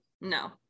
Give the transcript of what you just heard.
no